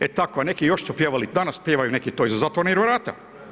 E tako, neki još su pjevali, danas pjevaju neki to iza zatvorenih vrata.